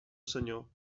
senyor